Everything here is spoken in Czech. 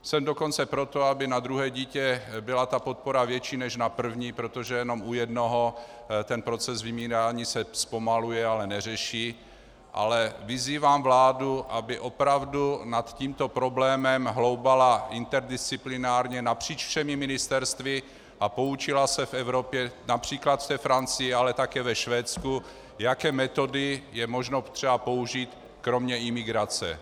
Jsem dokonce pro to, aby na druhé dítě byla podpora větší než na první, protože jenom u jednoho ten proces vymírání se zpomaluje, ale neřeší, ale vyzývám vládu, aby opravdu nad tímto problémem hloubala interdisciplinárně napříč všemi ministerstvy a poučila se v Evropě, například v té Francii, ale také ve Švédsku, jaké metody je možno třeba použít kromě imigrace.